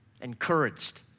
encouraged